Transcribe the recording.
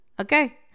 Okay